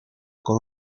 con